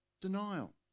denial